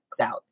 out